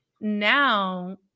now